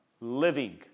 living